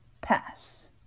Pass